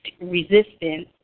resistance